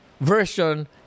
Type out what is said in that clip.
version